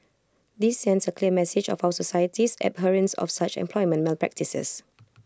this sends A clear message of our society's abhorrence of such employment malpractices